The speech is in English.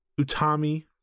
Utami